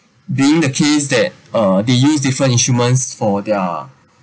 being the case that uh they use different instruments for their